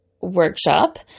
workshop